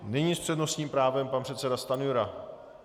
Nyní s přednostním právem pan předseda Stanjura.